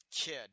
kid